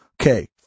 Okay